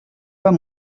pas